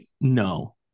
No